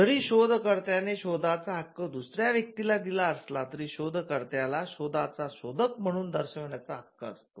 जरी शोध कार्त्याने शोधाचा हक्क दुसऱ्याला दिला असला तरी शोधकर्त्याला शोधाचा शोधक म्हणून दर्शविण्याचा हक्क असतो